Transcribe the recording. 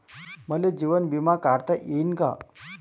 मले जीवन बिमा काढता येईन का?